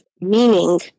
meaning